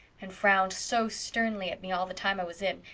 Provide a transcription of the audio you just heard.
and frowned so sternly at me all the time i was in,